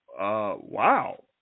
Wow